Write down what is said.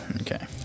Okay